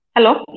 Hello